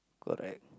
correct